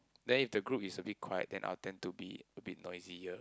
then if the group is a bit quiet then I will tend to be a bit noisier